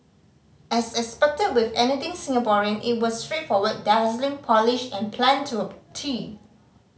as expected with anything Singaporean it was straightforward dazzling polished and planned to a tee